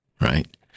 right